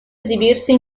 esibirsi